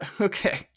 Okay